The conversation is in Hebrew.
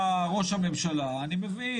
אם מופיע ראש הממשלה, אני מבין.